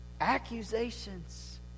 accusations